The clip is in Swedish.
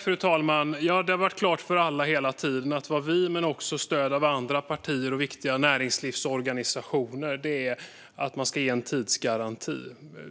Fru talman! Det har varit klart för alla hela tiden att vad vi vill - och där har vi också stöd av andra partier och viktiga näringslivsorganisationer - är att man ska ge en tidsgaranti.